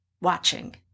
watching